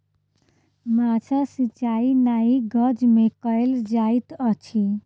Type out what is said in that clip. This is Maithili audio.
माद्दा सिचाई नाइ गज में कयल जाइत अछि